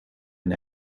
and